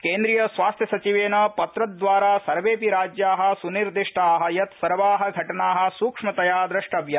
केन्द्रिय स्वास्थ्यसचिवेन पत्रद्वारा सर्वेडपि राज्या सुनिर्दिष्टा यत् सर्वा घटना सूक्ष्मतया द्रष्टव्या